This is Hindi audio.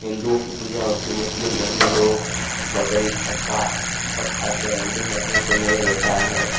हिन्दुओं की पूजा होती है मुस्लिम धर्म में लोग बकरी खस्सा सब खाते हैं हिन्दू धर्म में वह सब नहीं होता है